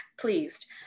Pleased